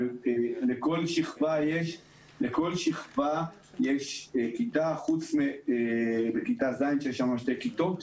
לכל שכבה יש כיתה, פרט לשכבת ז' שיש שם שתי כיתות